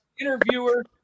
interviewer